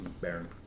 Baron